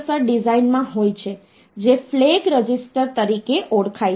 તેથી 10 ની ઘાત 2 વત્તા 5 ગુણ્યાં 10 ની ઘાત 1 વત્તા 2 છે